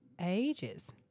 ages